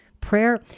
prayer